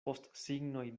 postsignoj